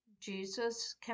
Jesus